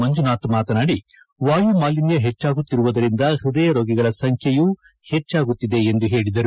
ಮಂಜುನಾಥ್ ಮಾತನಾದಿ ವಾಯುಮಾಲಿನ್ಗ ಹೆಚ್ಚಾಗುತ್ತಿರುವುದರಿಂದ ಹೃದಯ ರೋಗಿಗಳ ಸಂಖ್ಯೆಯೂ ಹೆಚ್ಚಾಗುತ್ತಿದೆ ಎಂದು ಹೇಳಿದರು